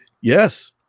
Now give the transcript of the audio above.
Yes